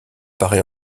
paraît